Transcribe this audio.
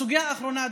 הסוגיה האחרונה,